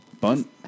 Bunt